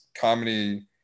comedy